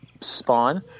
spawn